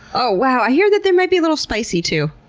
ah wow. i hear that they might be a little spicy too.